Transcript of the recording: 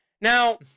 Now